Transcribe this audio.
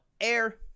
air